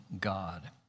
God